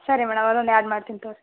ಸರಿ ಮೇಡಮ್ ಅದೊಂದು ಆ್ಯಡ್ ಮಾಡ್ತೀನಿ ತಗೊಳ್ರಿ